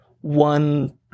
one